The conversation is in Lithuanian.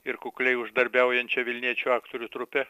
ir kukliai uždarbiaujančie vilniečių aktorių trupe